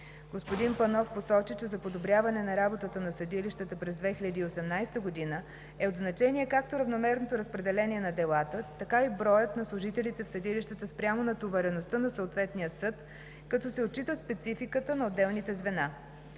Господин Панов посочи, че за подобряване на работата на съдилищата през 2018 г. е от значение както равномерното разпределение на делата, така и броят на служителите в съдилищата спрямо натовареността на съответния съд, като се отчита спецификата на отделните звена.